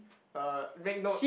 uh make note